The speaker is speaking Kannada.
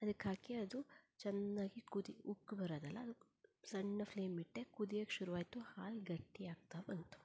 ಅದಕ್ಕೆ ಹಾಕಿ ಅದು ಚೆನ್ನಾಗಿ ಕುದಿ ಉಕ್ಕಿ ಬರೋದಲ್ಲ ಅದ್ಕೆ ಸಣ್ಣ ಫ್ಲೇಮ್ ಇಟ್ಟೆ ಕುದಿಯೋಕೆ ಶುರು ಆಯಿತು ಹಾಲು ಗಟ್ಟಿಯಾಗ್ತಾ ಬಂತು